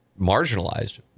marginalized